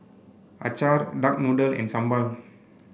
Acar Duck Noodle and Sambal